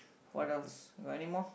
what else got anymore